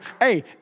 Hey